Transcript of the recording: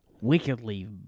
wickedly